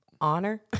Honor